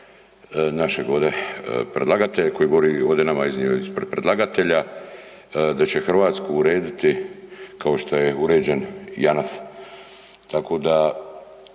našeg ovde predlagatelja koji govori ovdje nama iznio ispred predlagatelja, da će Hrvatsku urediti kao šta je uređene JANAF. Tako da